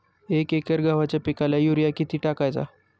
एक एकर गव्हाच्या पिकाला युरिया किती टाकायचा?